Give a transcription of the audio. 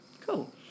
Cool